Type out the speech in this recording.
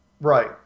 right